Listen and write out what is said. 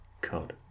cod